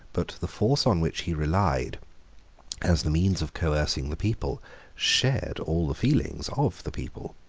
but the force on which he relied as the means of coercing the people shared all the feelings of the people.